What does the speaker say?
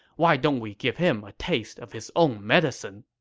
why don't we give him a taste of his own medicine?